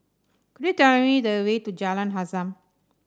could you tell me the way to Jalan Azam